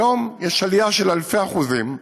היום יש עלייה של אלפי אחוזים בשימוש,